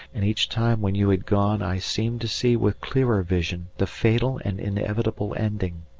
and each time when you had gone i seemed to see with clearer vision the fatal and inevitable ending.